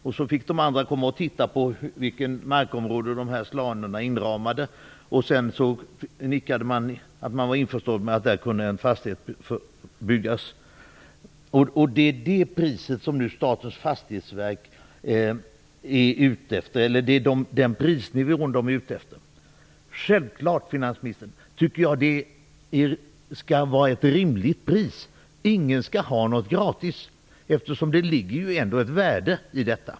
Sedan fick de andra komma och titta på vilket markområde dessa slanor inramade. Sedan nickade man att man var införstådd med att där kunde en fastighet byggas. Det är den prisnivån som nu Statens fastighetsverk är ute efter. Jag tycker självfallet att det skall vara ett rimligt pris, finansministern. Ingen skall ha något gratis. Det ligger ju ändå ett värde i detta.